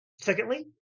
Secondly